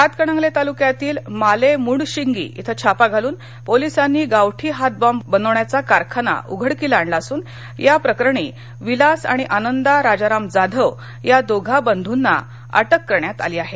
हातकणंगले तालुक्यातील मालेमुडशिंगी इथं छापा घालून पोलिसांनी गावठी हात बॉम्ब बनवण्याचा कारखाना उघडकीला आणला असून याप्रकरणी विलास आणि आनंदा राजाराम जाधव या दोघा बंधूंना अटक करण्यात आली आहे